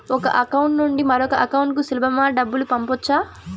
ఒక అకౌంట్ నుండి మరొక అకౌంట్ కు సులభమా డబ్బులు పంపొచ్చా